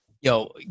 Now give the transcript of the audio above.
Yo